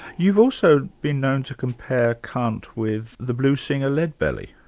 you've also been known to compare kant with the blues singer, leadbelly.